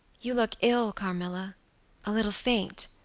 you look ill, carmilla a little faint.